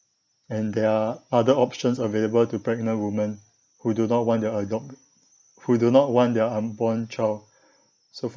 and there are other options available to pregnant women who do not want their adop~ who do not want their unborn child so for